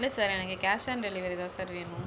இல்லை சார் எனக்கு cash on delivery தான் சார் வேணும்